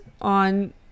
on